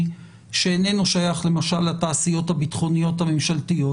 שאיננו שייך למשל לתעשיות הביטחוניות הממשלתיות,